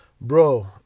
Bro